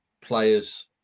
players